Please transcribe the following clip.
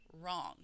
wrong